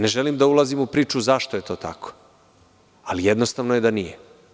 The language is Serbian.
Ne želim da ulazim u priču zašto je to tako, ali jednostavno je da nije.